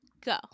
Go